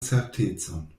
certecon